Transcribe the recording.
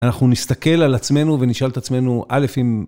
אנחנו נסתכל על עצמנו ונשאל את עצמנו, א', אם...